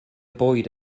bwyd